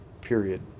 period